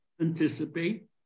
anticipate